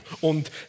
Und